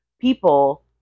people